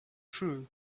through